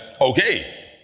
okay